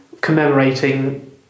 commemorating